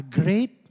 great